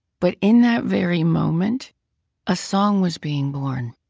but in that very moment a song was being born-a